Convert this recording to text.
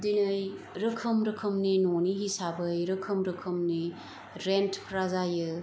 दिनै रोखोम रोखोमनि न'नि हिसाबै रोखोम रोखोमनि रेन्टफ्रा जायो